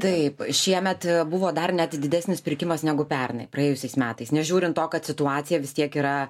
taip šiemet buvo dar net didesnis pirkimas negu pernai praėjusiais metais nežiūrint to kad situacija vis tiek yra